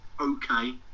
okay